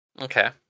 Okay